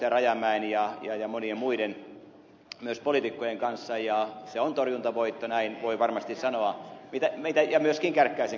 rajamäen ja myös monien muiden poliitikkojen kanssa ja se on torjuntavoitto näin voi varmasti sanoa ja myöskin ed